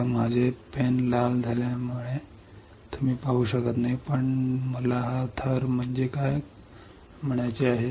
तर माझे पेन लाल असल्यामुळे तुम्ही पाहू शकत नाही पण मला हा थर काय म्हणायचा आहे